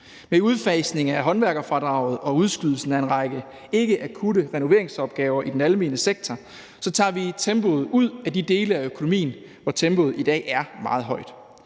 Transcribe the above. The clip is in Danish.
Med udfasningen af håndværkerfradraget og udskydelsen af en række ikkeakutte renoveringsopgaver i den almene sektor tager vi tempoet ud af de dele af økonomien, hvor tempoet i dag er meget højt.